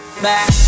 Back